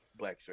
Blackshirt